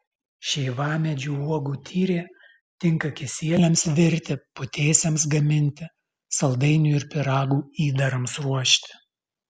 šeivamedžių uogų tyrė tinka kisieliams virti putėsiams gaminti saldainių ir pyragų įdarams ruošti